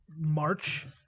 March